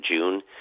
June